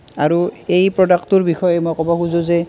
আৰু এই প্ৰডাক্টটোৰ বিষয়ে মই ক'ব খোজো যে